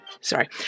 sorry